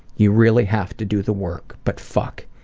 you really have to do the work, but fuck,